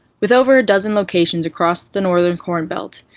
with over a dozen locations across the northern corn belt,